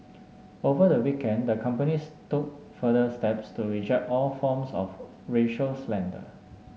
over the weekend the companies took further steps to reject all forms of racial slander